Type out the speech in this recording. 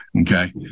Okay